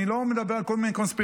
אני לא מדבר על כל מיני קונספירציות,